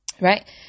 right